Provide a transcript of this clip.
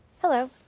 Hello